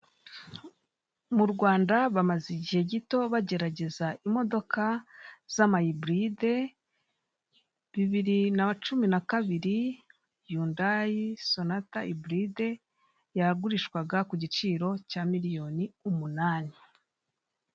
Mu Rwanda bamaze igihe gito bagerageza imodoka zama iburide. Bibiri na cumi n'akabiri yundayi sonata iburide. Yagurishwaga ku giciro cya miriyoni umunani.